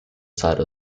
side